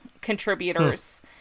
contributors